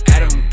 Adam